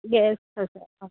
gas হৈছে